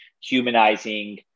humanizing